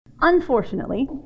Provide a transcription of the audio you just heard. Unfortunately